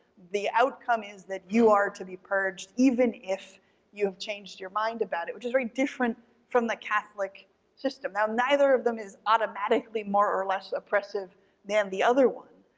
the outcome is that you are to be purged even if you have changed your mind about it which is very different from the catholic system. now neither of them is automatically more or less oppressive than the other one.